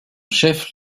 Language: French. chef